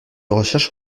recherche